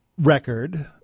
record